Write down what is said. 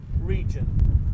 region